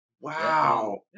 Wow